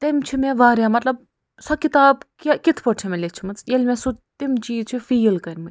تٔمۍ چھِ مےٚ وارِیاہ مطلب سۄ کِتاب کہِ کِتھ پٲٹھۍ چھِ مےٚ لیچھمٕژ ییٚلہِ مےٚ سُہ تِم چیٖز چھُ فیٖل کٔرۍمٕتۍ